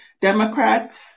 Democrats